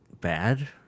bad